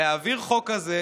להעביר חוק כזה